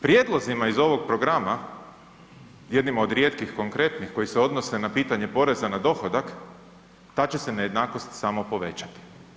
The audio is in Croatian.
Prijedlozima iz ovog programa, jednima od rijetkih, konkretnih koji se odnose na pitanje poreza na dohodak, ta će se nejednakost samo povećati.